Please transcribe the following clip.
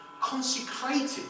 Consecrated